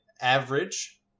average